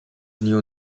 knew